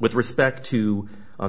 with respect to a